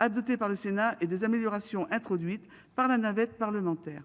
adoptée par le Sénat et des améliorations introduites par la navette parlementaire.